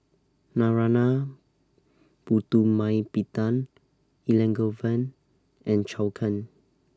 Narana Putumaippittan Elangovan and Zhou Can